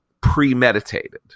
premeditated